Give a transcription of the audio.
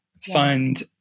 fund